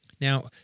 Now